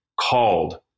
called